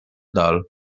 dal